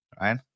right